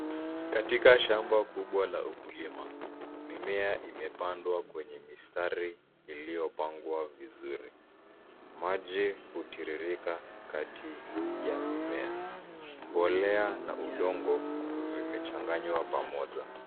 Katika shamba kubwa la ukulima mimea imepandwa kwenye mistari iliyopangwa vizuri. Maji hutiririka kati ya mimea. Mbolea na udongo vimechanganywa pamoja.